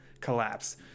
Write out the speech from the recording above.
Collapse